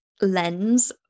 Lens